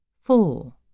Four